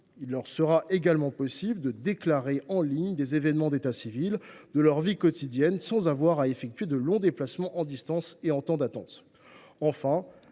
Il leur sera également possible de déclarer en ligne des événements d’état civil de leur vie quotidienne, sans avoir à effectuer de longs déplacements en distance et en temps d’attente.